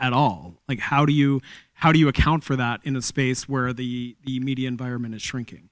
at all like how do you how do you account for that in a space where the the media environment is shrinking